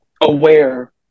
aware